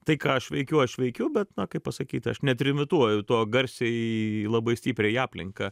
tai ką aš veikiu aš veikiu bet na kaip pasakyti aš netrimituoju to garsiai labai stipriai į aplinką